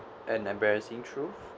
an embarrassing truth